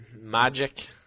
magic